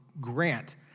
grant